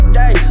day